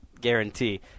guarantee